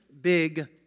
big